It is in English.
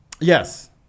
Yes